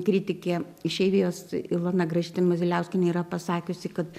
kritikė išeivijos ilona gražytė maziliauskienė yra pasakiusi kad